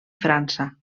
frança